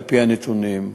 על-פי הנתונים,